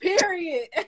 period